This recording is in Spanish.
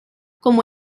como